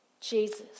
Jesus